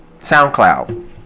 SoundCloud